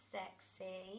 sexy